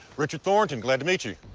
richard thornton. glad to meet you.